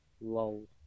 Lol